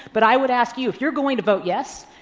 but i would ask you, if you're going to vote yes,